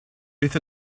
beth